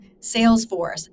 Salesforce